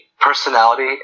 personality